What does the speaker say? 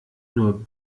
nur